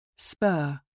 Spur